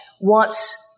wants